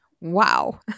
Wow